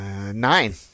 Nine